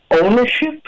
ownership